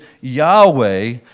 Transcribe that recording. Yahweh